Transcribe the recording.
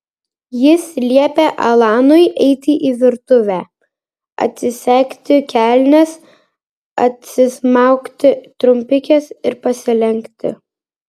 jis liepė alanui eiti į virtuvę atsisegti kelnes atsismaukti trumpikes ir pasilenkti